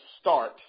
start